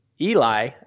Eli